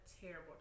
terrible